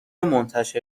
منتشر